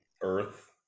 earth